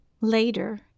Later